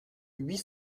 huit